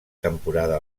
temporada